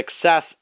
success